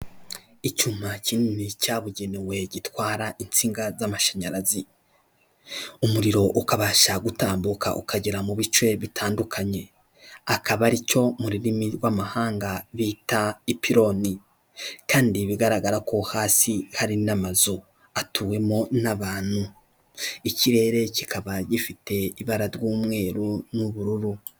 Icyuma kinini cyabugenewe gitwara insinga z'amashanyarazi, umuriro ukabasha gutambuka ukagera mu bice bitandukanye, akaba aricyo mu rurimi rw'amahanga bita ipironi kandi bigaragara ko hasi hari n'amazu atuwemo n'abantu, ikirere kikaba gifite ibara ry'umweru n'ubururu.